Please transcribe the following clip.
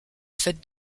fêtes